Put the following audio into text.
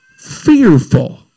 Fearful